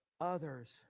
others